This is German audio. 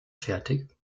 fertig